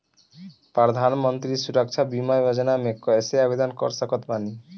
प्रधानमंत्री सुरक्षा बीमा योजना मे कैसे आवेदन कर सकत बानी?